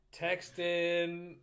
texting